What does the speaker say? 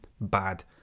bad